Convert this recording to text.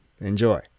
Enjoy